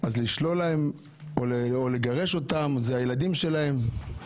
אז לשלול להם או לגרש אותם, אלה הילדים שלהם.